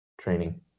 Training